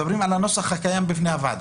הנוסח שקיים בפני הוועדה.